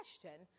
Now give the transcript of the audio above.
question